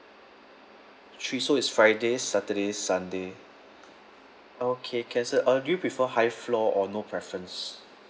three so it's friday saturday sunday okay can sir uh do you prefer high floor or no preferences